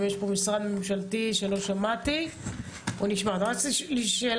מן הראוי שבט"פ הם אלה שיובילו את זה,